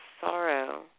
sorrow